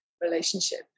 relationship